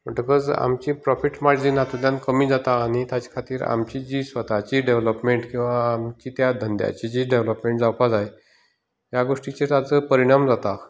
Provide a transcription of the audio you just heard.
म्हणटकच आमचें profit margin हातूंतल्यान कमी जाता आनी तेज्या खातीर आमची जी स्वताची डेवीलोपमेंट किंवा कित्या धंद्याची जी डेवीलोपमेंट जावपा जाय ह्या गोश्टीचेर आज परिणाम जाता